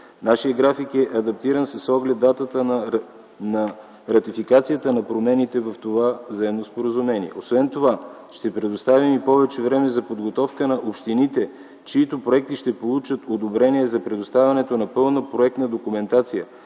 Нашият график е адаптиран с оглед датата на ратификацията на промените в това Заемно споразумение. Освен това, ще предоставим и повече време за подготовка на общините, чиито проекти ще получат одобрение за предоставянето на пълна проектна документация.